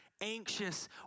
anxious